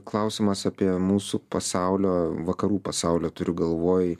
klausimas apie mūsų pasaulio vakarų pasaulio turiu galvoj